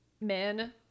Men